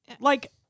Like-